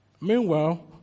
Meanwhile